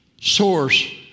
source